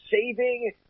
saving